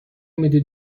میدی